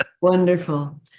Wonderful